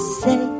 say